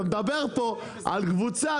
אתה מדבר פה על קבוצה,